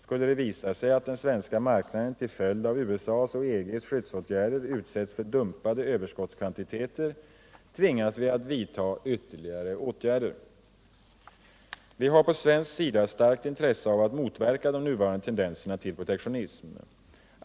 Skulle det visa sig att den svenska marknaden, till följd av USA:s och EG:s skyddsåtgärder utsätts för dumpade överskottskvantiteter, tvingas vi att vidta ytterligare åtgärder. Vi har på svensk sida starkt intresse av att motverka de nuvarande tendenserna till protektionism.